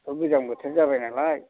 दा गोजां बोथोर जाबायनालाय